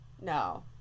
no